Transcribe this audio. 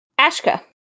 Ashka